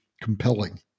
compelling